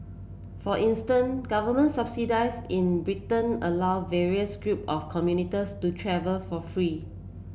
for instance government subsidies in Britain allow various group of commuters to travell for free